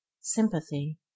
Sympathy